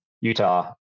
Utah